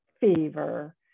fever